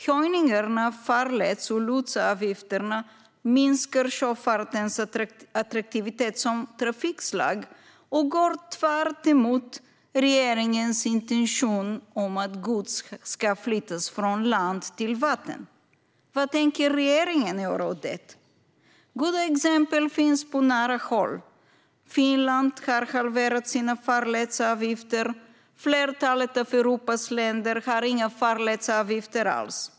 Höjningarna av farleds och lotsavgifterna minskar sjöfartens attraktivitet som trafikslag och går tvärtemot regeringens intention om att gods ska flyttas från land till vatten. Vad tänker regeringen göra åt det? Goda exempel finns på nära håll. Finland har halverat sina farledsavgifter, och flertalet av Europas länder har inga farledsavgifter alls.